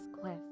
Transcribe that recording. cliff